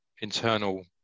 internal